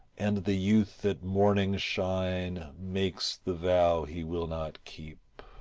and the youth at morning shine makes the vow he will not keep.